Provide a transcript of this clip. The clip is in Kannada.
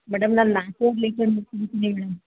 ಮೇಡಮ್ ನಾನು ನಾಲ್ಕೂವರೆ ಲೀಟ್ರು ನೀರು ಕುಡೀತೀನಿ ಮೇಡಮ್